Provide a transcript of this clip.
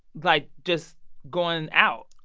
like, just going out,